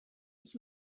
ich